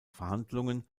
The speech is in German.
verhandlungen